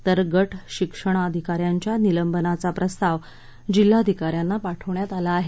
तर गटशिक्षणाधिकाऱ्यांच्या निलंबनाचा प्रस्ताव जिल्हाधिकाऱ्यांना पाठवण्यात आला आहे